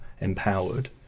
empowered